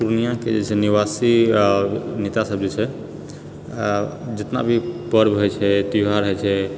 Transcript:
पूर्णियाँके जे छेै निवासी आओर नेता सब जे छेै आ जितना भी पर्व होइत छेै त्यौहार होइत छेै